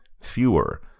fewer